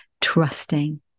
trusting